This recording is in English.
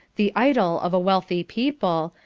the idol of a wealthy people,